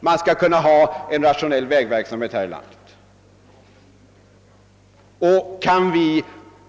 vi skall kunna bedriva en rationell vägverksamhet här i landet. Och kan vi